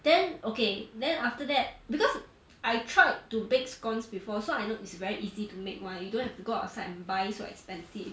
then okay then after that because I tried to bake scones before so I know it's very easy to make [one] you don't have to go outside and buy so expensive